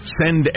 send